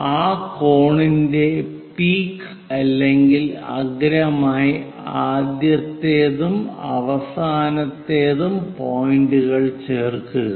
ആ കോണിന്റെ പീക്ക് അല്ലെങ്കിൽ അഗ്രവുമായി ആദ്യത്തേതും അവസാനത്തെയും പോയിന്റുകൾ ചേർക്കുക